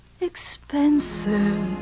expensive